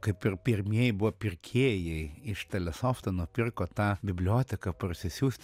kaip ir pirmieji buvo pirkėjai iš telesofto nupirko tą biblioteką parsisiųsti